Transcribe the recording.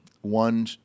one